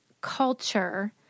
culture